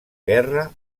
guerra